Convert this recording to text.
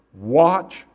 watch